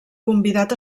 convidat